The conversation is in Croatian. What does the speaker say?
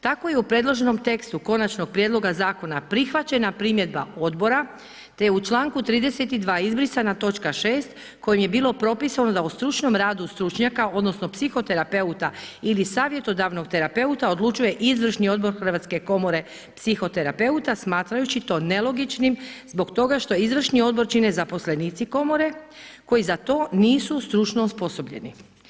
Tako je u predloženom tekstu Konačnog prijedloga Zakona prihvaćena primjedba Odbora, te je u čl. 32. izbrisana točka 6. kojom je bilo propisano da o stručnom radu stručnjaka odnosno psihoterapeuta ili savjetodavnog terapeuta odlučuje izvršni odbor Hrvatske komore psihoterapeuta smatrajući to nelogičnim zbog toga što izvršni odbor čine zaposlenici Komore, koji za to nisu stručno osposobljeni.